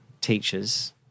teachers